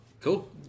Cool